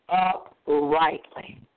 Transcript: uprightly